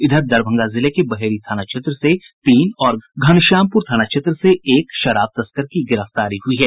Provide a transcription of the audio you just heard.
इधर दरभंगा जिले के बहेड़ी थाना क्षेत्र से तीन और घनश्यामपुर थाना क्षेत्र से एक शराब तस्कर की गिरफ्तारी हुई है